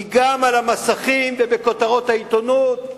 היא גם על המסכים ובכותרות העיתונות.